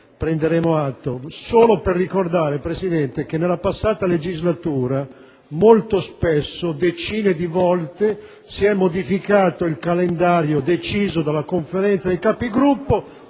prenderà atto. Voglio solo ricordare però che nella passata legislatura, molto spesso, decine di volte, si è modificato il calendario deciso dalla Conferenza dei Capigruppo